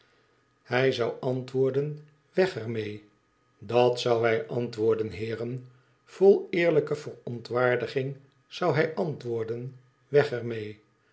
hij zou antwoorden t weg er mede d a t zou hij antwoorden heeren vol eerlijke verontwaardiging zou hij antwoorden tweg er mee